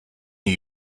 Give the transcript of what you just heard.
new